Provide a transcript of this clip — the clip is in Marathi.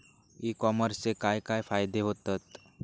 ई कॉमर्सचे काय काय फायदे होतत?